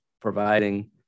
providing